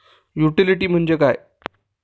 Utility म्हणजे काय?